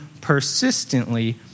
persistently